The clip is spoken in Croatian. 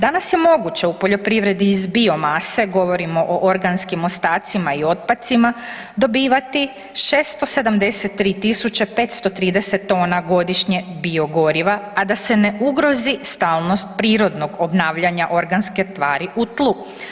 Danas je moguće u poljoprivredi iz biomase govorimo o organskim ostacima i otpacima dobivati 673 tisuća 530 tona godišnje biogoriva, a da se ne ugrozi stalnost prirodnog obnavljanja organske tvari u tlu.